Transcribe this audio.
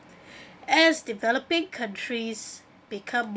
as developing countries become